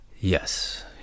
Yes